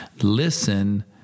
Listen